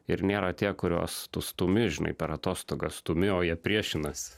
ir nėra tie kuriuos tu stumi žinai per atostogas stumi o jie priešinasi